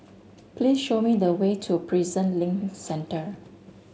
please show me the way to Prison Link Centre